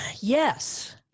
yes